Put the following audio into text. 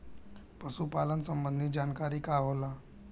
पशु पालन संबंधी जानकारी का होला?